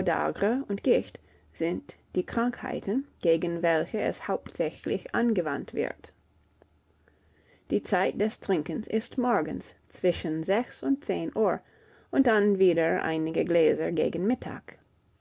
und gicht sind die krankheiten gegen welche es hauptsächlich angewandt wird die zeit des trinkens ist morgens zwischen sechs und zehn uhr und dann wieder einige gläser gegen mittag